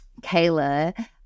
Kayla